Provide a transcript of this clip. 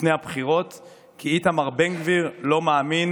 לפני הבחירות כי איתמר בן גביר לא מאמין